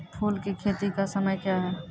फुल की खेती का समय क्या हैं?